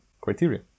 criteria